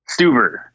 Stuber